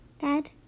Dad